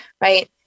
right